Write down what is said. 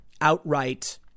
outright